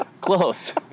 Close